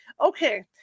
Okay